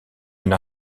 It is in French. une